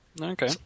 Okay